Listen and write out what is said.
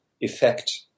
effect